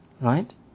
Right